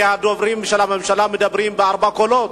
כי הדוברים של הממשלה מדברים בארבעה קולות,